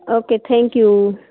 okay thank you